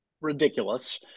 ridiculous